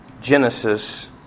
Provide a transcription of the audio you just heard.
Genesis